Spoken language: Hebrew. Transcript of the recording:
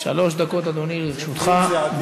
שלוש דקות, אדוני, לרשותך.